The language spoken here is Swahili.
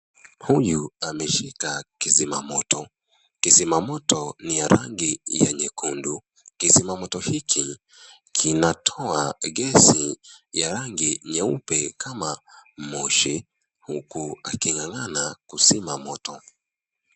Huyu ameshika kizima moto , kizima moto ni ya rangi ya nyekundu . Kizima moto hiki kinatoa gesi ya rangi nyeupe kama moshi huku akingangana kuzima moto